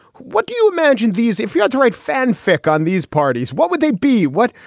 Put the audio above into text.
what do you imagine these? if you had to write fanfic on these parties, what would they be? what?